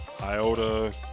Iota